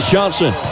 Johnson